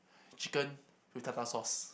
chicken with tartar sauce